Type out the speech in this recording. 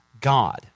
God